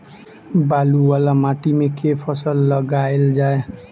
बालू वला माटि मे केँ फसल लगाएल जाए?